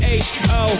h-o